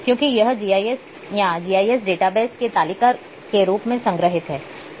क्योंकि यह जीआईएस या जीआईएस डेटाबेस में तालिका के रूप में संग्रहीत है